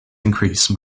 increase